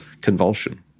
convulsion